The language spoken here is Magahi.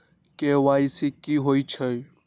के.वाई.सी कि होई छई?